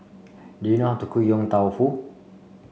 do you know how to cook Yong Tau Foo